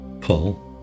Paul